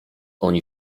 oni